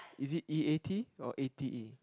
is it E A T or A T E